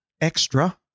extra